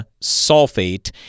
sulfate